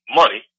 money